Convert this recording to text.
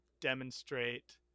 demonstrate